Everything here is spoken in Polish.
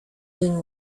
dzień